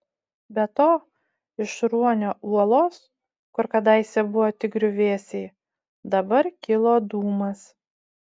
be to iš ruonio uolos kur kadaise buvo tik griuvėsiai dabar kilo dūmas